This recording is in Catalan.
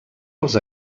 als